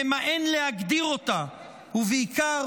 ממאן להגדיר אותה ובעיקר,